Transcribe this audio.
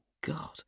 God